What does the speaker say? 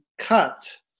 cut